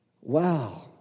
Wow